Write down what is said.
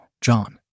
John